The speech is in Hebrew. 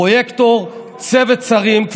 פרויקטור, וצוות שרים.